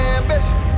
ambition